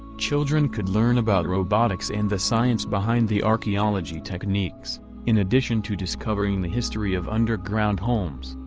children could learn about robotics and the science behind the archaeology techniques in addition to discovering the history of underground homes,